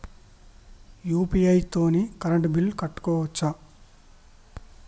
UPI తోని current bill కట్టుకోవచ్ఛా?